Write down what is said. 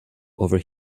over